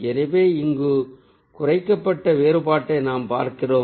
எனவே இங்கு குறைக்கப்பட்ட வேறுபாட்டை நாம் பார்க்கிறோம்